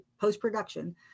post-production